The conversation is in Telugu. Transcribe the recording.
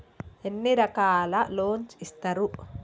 ఎన్ని రకాల లోన్స్ ఇస్తరు?